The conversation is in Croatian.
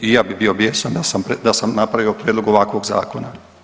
I ja bih bio bijesan sa sam napravio prijedlog ovakvog zakona.